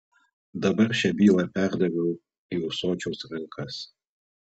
dabar šią bylą perdaviau į ūsočiaus rankas